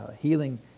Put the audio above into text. healing